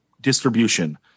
Distribution